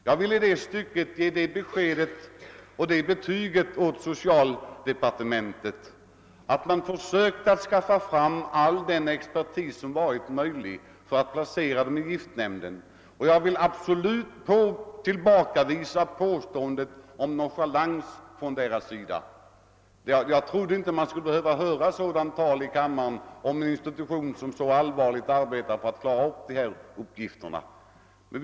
Jag vill i detta avseende ge socialdepartementet det betyget att man inom detta försökt skaffa fram all den expertis, som varit möjlig att uppbringa för att placera den i giftnämnden. Jag vill bestämt tillbakavisa påståendet om att giftnämnden visat nonchalans. Jag trodde inte att man skulle behöva höra sådant tal i denna kammare om en institution, som så allvarligt arbetar för att klara de uppgifter det gäller.